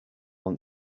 want